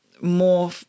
more